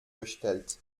bestellt